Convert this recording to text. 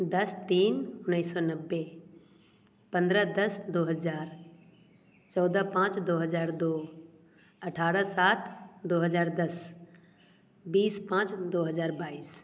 दस तीन उन्नीस सौ नब्बे पंद्रह दस दो हजार चौदह पाँच दो हजार दो अठारह सात दो हजार दस बीस पाँच दो हजार बाईस